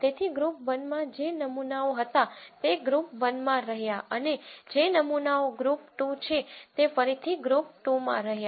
તેથી ગ્રુપ 1 માં જે નમૂનાઓ હતા તે ગ્રુપ 1 માં રહ્યા અને જે નમૂનાઓ ગ્રુપ 2 છે તે ફરીથી ગ્રુપ 2 માં રહ્યા